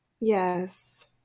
Yes